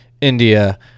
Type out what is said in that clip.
India